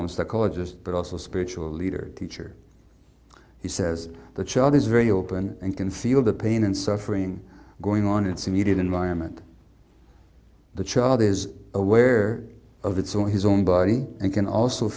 icons the caller just but also spiritual leader teacher he says the child is very open and can feel the pain and suffering going on its immediate environment the child is aware of its own his own body and can also